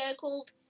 called